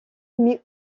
mis